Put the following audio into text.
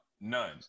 None